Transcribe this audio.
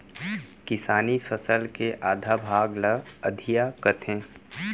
किसानी फसल के आधा भाग ल अधिया कथें